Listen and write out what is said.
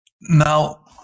Now